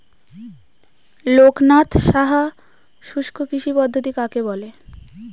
লোকনাথ সাহা শুষ্ককৃষি পদ্ধতি কাকে বলে?